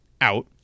out